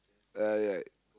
ah right